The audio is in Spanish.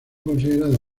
considerado